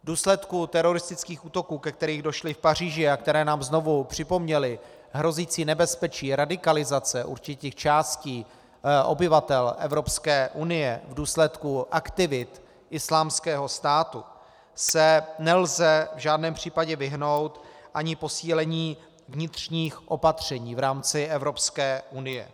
V důsledku teroristických útoků, ke kterým došlo v Paříži a které nám znovu připomněly hrozící nebezpečí radikalizace určitých částí obyvatel Evropské unie v důsledku aktivit Islámského státu, se nelze v žádném případě vyhnout ani posílení vnitřních opatření v rámci Evropské unie.